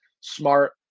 smart